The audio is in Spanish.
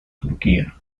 turquía